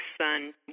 son